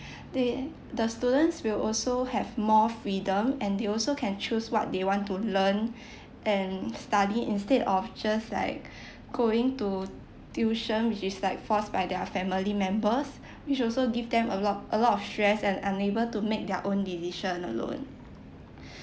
they the students will also have more freedom and they also can choose what they want to learn and study instead of just like going to tuition which is like forced by their family members which also give them a lot a lot of stress and unable to make their own decision alone